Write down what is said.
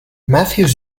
matthews